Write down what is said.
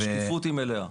השקיפות היא מלאה.